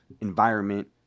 environment